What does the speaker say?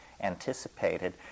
anticipated